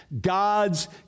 God's